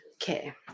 Okay